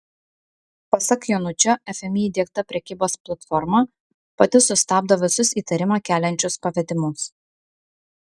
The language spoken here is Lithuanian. pasak jonučio fmį įdiegta prekybos platforma pati sustabdo visus įtarimą keliančius pavedimus